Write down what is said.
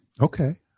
Okay